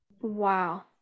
Wow